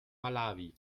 malawi